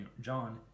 John